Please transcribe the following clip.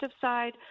side